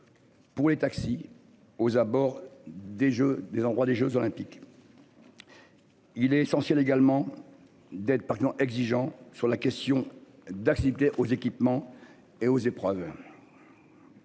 Pour les taxis aux abords des jeux, des endroits des Jeux olympiques. Il est essentiel également d'être partisan exigeant sur la question d'accepter aux équipements et aux épreuves.